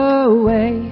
away